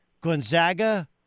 Gonzaga